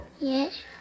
Yes